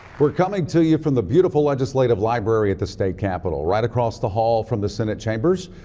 we're coming to you from the beautiful legislative library at the state capitol, right across the hall from the senate chambers,